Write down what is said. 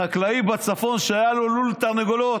חקלאי בצפון, שהיה לו לול תרנגולות.